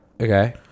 Okay